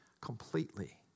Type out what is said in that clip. completely